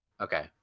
Okay